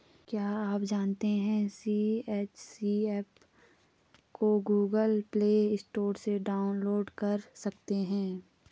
क्या आप जानते है सी.एच.सी एप को गूगल प्ले स्टोर से डाउनलोड कर सकते है?